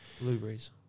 Blueberries